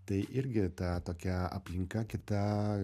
tai irgi ta tokia aplinka kita